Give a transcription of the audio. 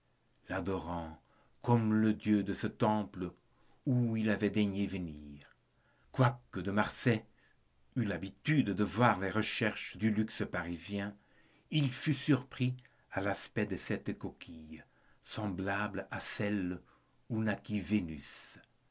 l'adorant comme le dieu de ce temple où il avait daigné venir quoique de marsay eût l'habitude de voir les recherches du luxe parisien il fut surpris à l'aspect de cette coquille semblable à celle où naquit vénus